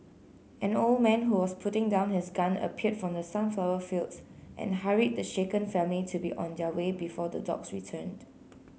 an old man who was putting down his gun appeared from the sunflower fields and hurried the shaken family to be on their way before the dogs return